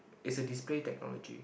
is a display technology